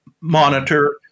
monitor